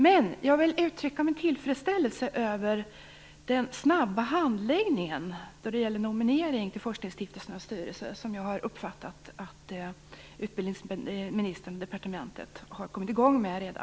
Däremot vill jag uttrycka min tillfredsställelse över den snabba handläggningen då det gäller nomineringen till forskningsstiftelsernas styrelse. Jag har uppfattat att utbildningsministern och departementet redan har kommit i gång med det.